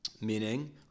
Meaning